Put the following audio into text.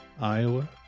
Iowa